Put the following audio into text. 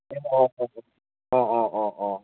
অঁ অঁ অঁ অঁ অঁ অঁ